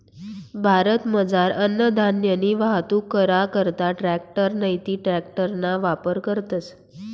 भारतमझार अन्नधान्यनी वाहतूक करा करता ट्रॅकटर नैते ट्रकना वापर करतस